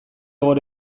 gaur